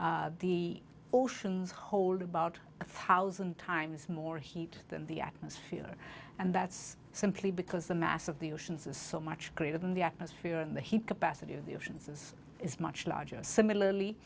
atmosphere the oceans hold about a thousand times more heat than the atmosphere and that's simply because the mass of the oceans is so much greater than the atmosphere and the heat capacity of the oceans is is much larger similarly